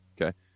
Okay